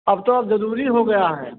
अब तो अब ज़रूरी हो गया है